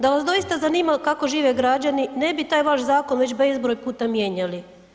Da vas doista zanimalo kako žive građani ne bi taj vaš zakon već bezbroj puta mijenjali.